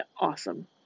awesome